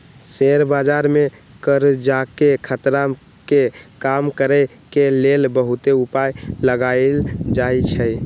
share बजार में करजाके खतरा के कम करए के लेल बहुते उपाय लगाएल जाएछइ